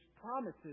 promises